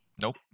Nope